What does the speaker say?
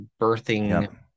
birthing